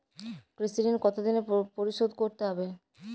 কৃষি ঋণ কতোদিনে পরিশোধ করতে হবে?